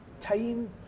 time